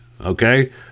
Okay